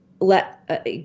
let